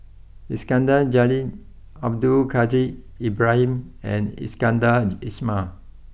Iskandar Jalil Abdul Kadir Ibrahim and Iskandar Ismail